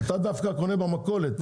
אתה דווקא קונה במכולת,